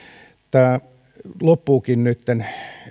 tämä loppuukin nytten